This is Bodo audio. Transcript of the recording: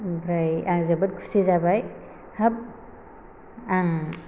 ओमफाय आं जोबोद खुसि जाबाय हाब आं